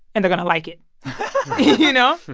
and they're going to like it you know?